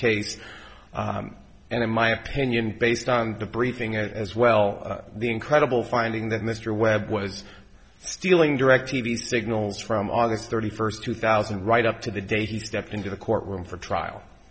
case and in my opinion based on the briefing it as well the incredible finding that mr webb was stealing direct t v signals from august thirty first two thousand right up to the day he stepped into the courtroom for trial